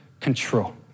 control